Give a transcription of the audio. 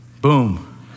Boom